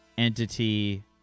Entity